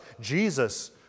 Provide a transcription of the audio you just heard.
Jesus